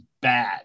bad